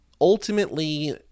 ultimately